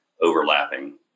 overlapping